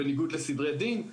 בניגוד לסדרי דין.